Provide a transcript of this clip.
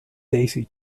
daisy